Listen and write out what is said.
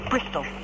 Bristol